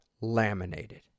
laminated